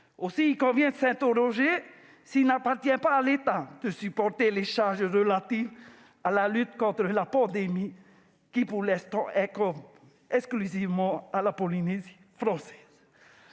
Aussi, il convient de se demander s'il n'appartient pas à l'État de supporter les charges relatives à la lutte contre la pandémie, qui, pour l'instant, incombent exclusivement à la Polynésie française.